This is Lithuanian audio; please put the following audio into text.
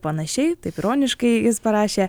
panašiai taip ironiškai parašė